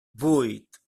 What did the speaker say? vuit